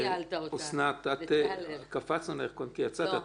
אוסנת, רוצה?